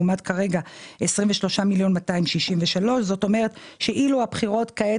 לעומת כרגע 23,263,000. זאת אומרת שאילו הבחירות כעת